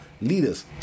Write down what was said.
leaders